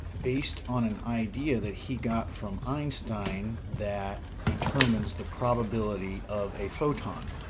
based on an idea that he got from einstein, that determines the probability of a photon.